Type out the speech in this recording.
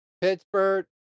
Pittsburgh